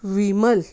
Vimal